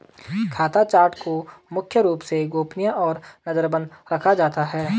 खाता चार्ट को मुख्य रूप से गोपनीय और नजरबन्द रखा जाता है